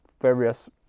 various